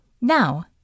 Now